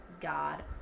God